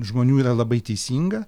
žmonių yra labai teisinga